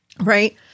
Right